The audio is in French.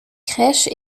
crèche